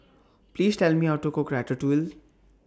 Please Tell Me How to Cook Ratatouille